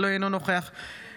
אינו נוכח ואליד אלהואשלה,